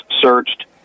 searched